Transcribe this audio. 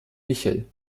michel